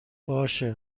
باشه